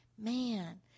Man